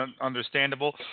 understandable